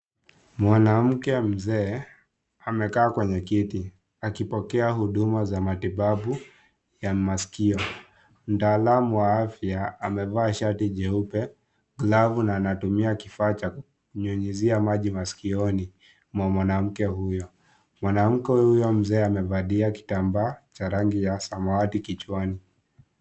Mwanamke mzee, amekaa kwenye kiti, akipokea huzuma za matibabu ya maskio, mtaalamu wa afya amevaa shati jeupe, glavu na anatumua kifaa chaku nyunyizia maji maskioni, mwa mwanamke huyo, mwanamke huyo mzee amevalia kitambaa cha rangi ya samawati kichwani.